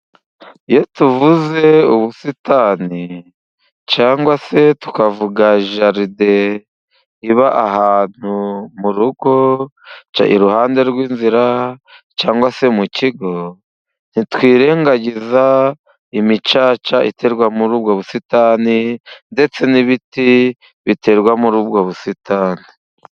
Iyo tuvuze ubusitani, cyangwa se tukavuga jaride iba ahantu mu rugo, iruhande rw'inzira cyangwa se mu kigo, ntitwirengagiza imicaca iterwa muri ubwo busitani, ndetse n'ibiti biterwa muri ubwo busitani.